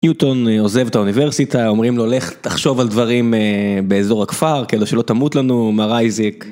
ניוטון עוזב את האוניברסיטה אומרים לו לך תחשוב על דברים באזור הכפר כאילו שלא תמות לנו מראייזיק.